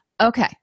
okay